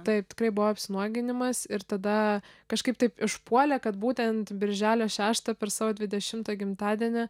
taip tai buvo apsinuoginimas ir tada kažkaip taip išpuolė kad būtent birželio šeštą per savo dvidešimtą gimtadienį